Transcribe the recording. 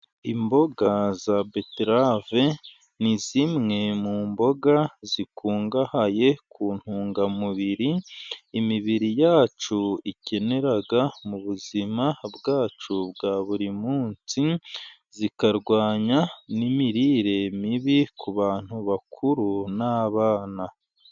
Imboga za beterave ni zimwe mu mboga zikungahaye ku ntungamubiri imibiri yacu ikenera, mu buzima bwacu bwa buri munsi. Zikarwanya n'imirire mibi ku bantu bakuru n'abana.